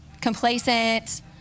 complacent